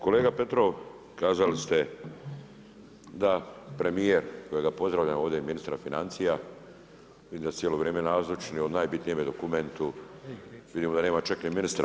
Kolega Petrov, kazali ste da premijer kojega pozdravljam ovdje i ministra financija, vidim da su cijelo vrijeme nazočni od najbitnijem dokumentu, vidimo da nema čak ni ministra.